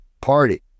party